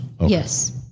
yes